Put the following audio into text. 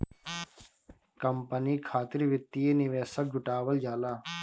company खातिर वित्तीय निवेशक जुटावल जाला